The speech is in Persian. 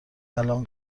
الآن